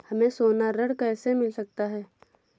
हमें सोना ऋण कैसे मिल सकता है?